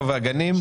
והגנים.